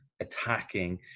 attacking